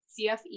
CFE